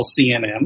CNN